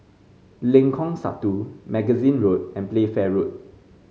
Lengkong Satu Magazine Road and Playfair Road